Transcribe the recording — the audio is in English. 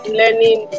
learning